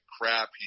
crap